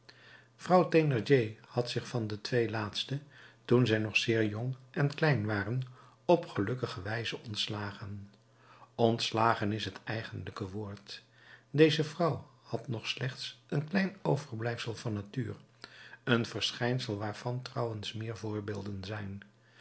vrouw thénardier had zich van de twee laatsten toen zij nog zeer jong en klein waren op gelukkige wijze ontslagen ontslagen is het eigenlijke woord deze vrouw had nog slechts een klein overblijfsel van natuur een verschijnsel waarvan trouwens meer voorbeelden zijn